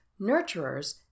nurturers